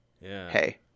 Hey